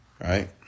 Right